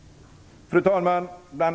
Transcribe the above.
Fru talman!